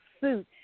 suit